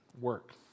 work